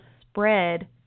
spread